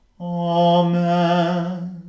Amen